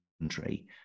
country